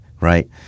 Right